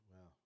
wow